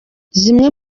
zimwe